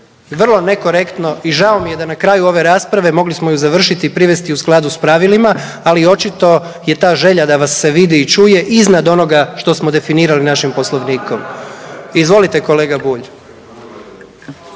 vrlo nekorektno i žao mi je da na kraju ove rasprave mogli smo ju završiti i privesti u skladu s pravilima, ali očito je ta želja da vas se vidi i čuje iznad onoga što smo definirali našim poslovnikom. Izvolite kolega Bulj.